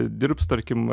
dirbs tarkim